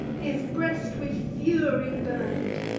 his breast with fury burn'd,